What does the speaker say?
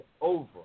over